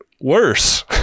worse